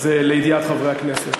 לידיעת חברי הכנסת.